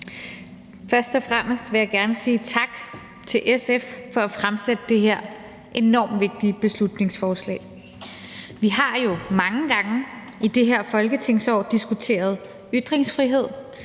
Først og fremmest vil jeg gerne sige tak til SF for at fremsætte det her enormt vigtige beslutningsforslag. Vi har jo mange gange i det her folketingsår diskuteret ytringsfrihed,